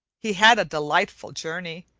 he had a delightful journey,